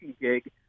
gig